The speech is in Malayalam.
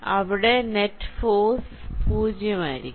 അവിടെ നെറ്റ് ഫോഴ്സ് 0 ആയിരിക്കും